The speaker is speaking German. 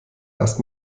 erst